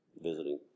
visiting